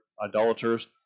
idolaters